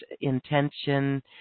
intention